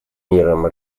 миром